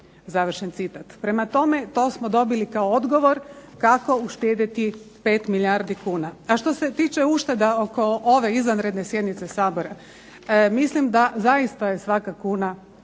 Prema tome, to smo dobili kao odgovor kako uštedjeti 5 milijardi kuna. A što se tiče ušteda oko ove izvanredne sjednice Sabora, mislim da zaista je svaka kuna velika